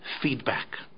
feedback